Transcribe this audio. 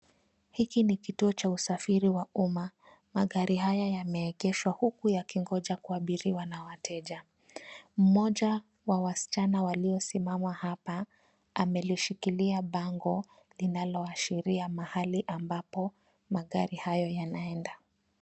Hiki ni kituo cha usafiri wa umma. Magari haya yameegeshwa huku yakingoja kuabiriwa na wateja. Mmoja wa wasichana waliosimama hapa, amelishikilia bango linaloashiria mahali ambapo magari hayo yanaenda.